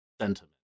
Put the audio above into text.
sentiment